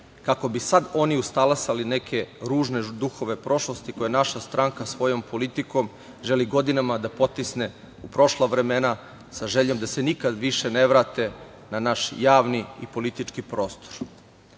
kako bi sada oni ustalasali neke ružne duhove prošlosti koje naša stranka svojom politikom želi godinama da potisne prošla vremena sa željom da se nikad više ne vrate na naš javni i politički prostor. Samo